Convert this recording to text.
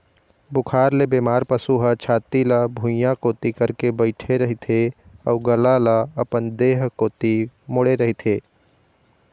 बुखार ले बेमार पशु ह छाती ल भुइंया कोती करके बइठे रहिथे अउ गला ल अपन देह कोती मोड़े रहिथे